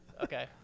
Okay